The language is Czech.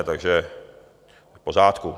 Takže v pořádku.